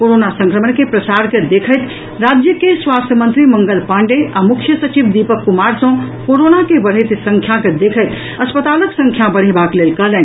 corona संक्रमण के प्रसार के देखैत राज्य के स्वास्थ्य मंत्री मंगल पाण्डेय आ मुख्य सचिव दीपक कुमार सँ कोरोना के बढ़ैत संख्या के देखैत अस्पतालक संख्या बढ़ेबाक लेल कहलनि